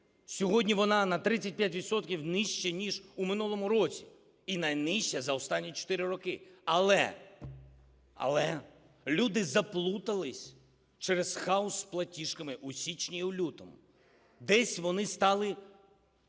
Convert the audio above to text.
Сьогодні вона на 35 відсотків нижче ніж у минулому році і найнижча за останні 4 роки. Але люди заплутались через хаос з платіжками у січні і у лютому. Десь вони стали